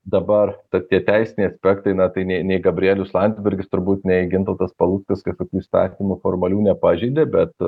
dabar tokie teisiniai aspektai na tai nei nei gabrielius landsbergis turbūt nei gintautas paluckas kažkokių įstatymų formalių nepažeidė bet